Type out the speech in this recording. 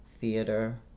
theater